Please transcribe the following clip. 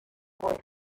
boy